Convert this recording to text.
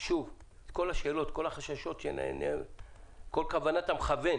כל השאלות והחששות, את כוונת המכוון